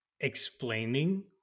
explaining